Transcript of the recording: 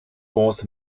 fonds